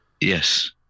Yes